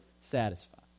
satisfied